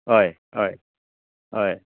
हय हय हय